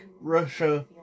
Russia